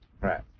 Right